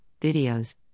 videos